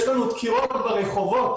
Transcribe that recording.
יש לנו דקירות פה ברחובות,